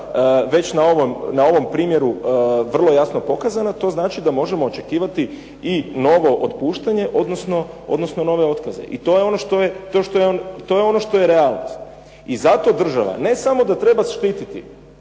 već na ovom primjeru vrlo jasno pokazana to znači da možemo očekivati i novo otpuštanje odnosno nove otkaze. I to je ono što je realnost. I zato država ne samo da treba štititi